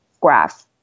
graph